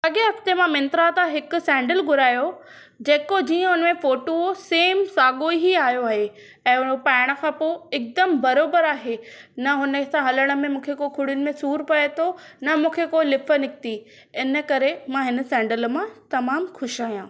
अॻे हफ्ते मां मिंत्रा तां हिकु सैंडल घुरायो जेको जीअं उन में फ़ोटू हो सेम साॻो ई आयो आहे ऐं ओ पाइणु खां पोइ हिकुदमि बरोबर आहे न हुन सां हलणु में मूंखे खुड़ियुनि में सूर पए थो न मूंखे कोई लिफ़ निकती इन करे मां हिन सैंडल मां तमामु खु़शि आहियां